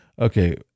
Okay